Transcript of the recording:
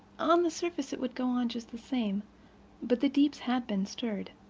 on the surface it would go on just the same but the deeps had been stirred.